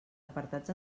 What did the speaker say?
apartats